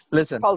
Listen